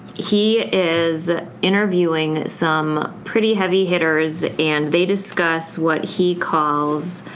he is interviewing some pretty heavy hitters and they discuss what he calls